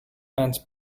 fence